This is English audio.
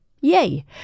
Yay